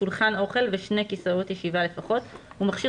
שולחן אוכל ושני כיסאות ישיבה לפחות ומכשיר